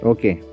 Okay